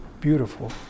beautiful